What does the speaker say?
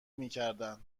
میکردن